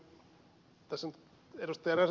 räsäsen ja ed